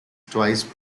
twice